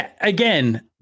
again